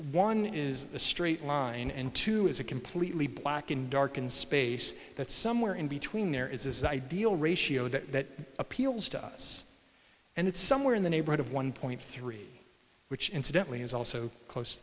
one is a straight line and two is a completely black and dark in space that somewhere in between there is this ideal ratio that appeals to us and it's somewhere in the neighborhood of one point three which incidentally is also close